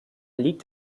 liegt